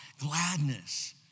gladness